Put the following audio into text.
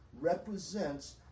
represents